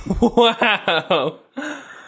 Wow